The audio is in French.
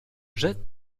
jette